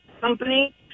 company